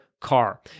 Car